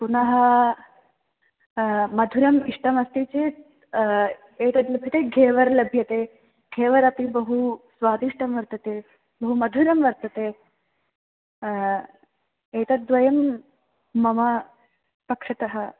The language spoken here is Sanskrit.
पुनः मधुरम् इष्टमस्ति चेत् एतद् लभ्यते घेवर् लभ्यते घेवरपि बहु स्वादिष्टं वर्तते बहु मधुरं वर्तते एतद्द्वयं मम पक्षतः